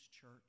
church